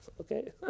okay